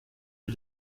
der